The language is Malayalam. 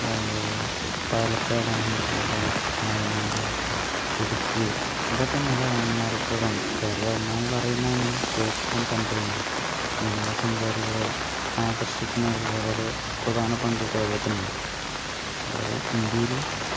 അതേപോലെ പാലക്കാട് ആണെങ്കിൽ അത് വയനാട് ഇടുക്കി ഇതൊക്കെ നല്ല ലാൻഡ്മാർക്കുകൾ ആണ് കേരളം ഒന്നാമത് അറിയുന്നത് തന്നെ ഗോഡ്സ് ഓൺ കൺട്രി എന്നാണ് വിനോദ സഞ്ചാരികളെ ആകർഷിക്കുന്നതിന് വളരെ പ്രധാന പങ്ക് കേരളത്തിന് ഉണ്ട് അതേപോലെ ഇന്ത്യയിലും